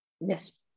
Yes